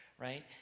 right